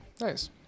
nice